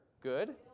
Good